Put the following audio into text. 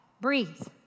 Breathe